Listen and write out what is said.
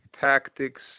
tactics